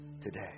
today